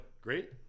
Great